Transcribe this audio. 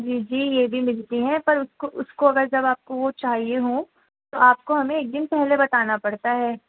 جی جی یہ بھی ملتی ہیں پر اس کو اس کو اگر جب آپ کو وہ چاہیے ہوں تو آپ کو ہمیں ایک دن پہلے بتانا پڑتا ہے